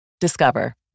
Discover